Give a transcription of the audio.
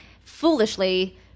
foolishly